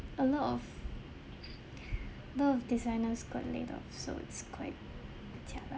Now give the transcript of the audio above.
a lot of a lot of designers got laid off so it's quite jialat